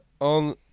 On